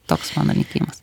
toks mano likėjimas